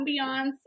ambiance